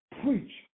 preach